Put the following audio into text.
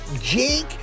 Jake